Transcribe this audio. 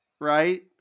right